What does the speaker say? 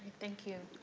thank you